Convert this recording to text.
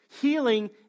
healing